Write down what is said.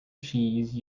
cheese